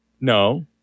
No